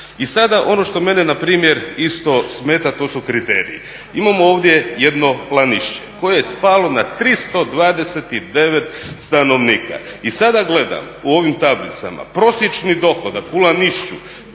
I sada ono što mene npr. smeta to su kriteriji, imamo ovdje jedno Lanišće koje je spalo na 329 stanovnika i sada gledam u ovim tablicama, prosječni dohodak u Lanišću